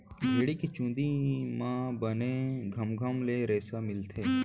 भेड़ी के चूंदी म बने घमघम ले रेसा मिलथे